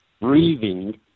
breathing